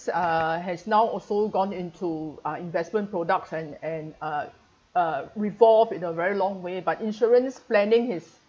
uh has now also gone into uh investment products and and uh uh revolve in a very long way but insurance planning is